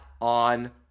on